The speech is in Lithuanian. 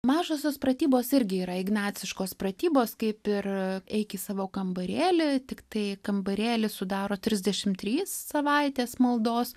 mažosios pratybos irgi yra ignaciškos pratybos kaip ir eik į savo kambarėlį tiktai kambarėlį sudaro trisdešimt trys savaitės maldos